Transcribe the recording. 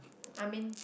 I mean